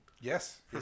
Yes